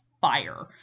fire